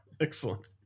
Excellent